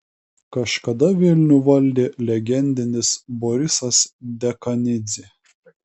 kažkada vilnių valdė legendinis borisas dekanidzė